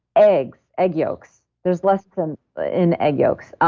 eggs, egg yolks. there's lecithin in egg yolks.